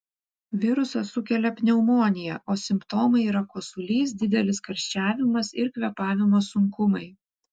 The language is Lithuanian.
virusas sukelia pneumoniją o simptomai yra kosulys didelis karščiavimas ir kvėpavimo sunkumai